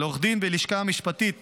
לעורכת הדין בלשכה המשפטית